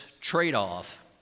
trade-off